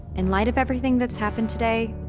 in light of everything that's happened today,